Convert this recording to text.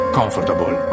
comfortable